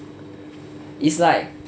it's like